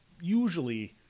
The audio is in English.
usually